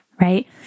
right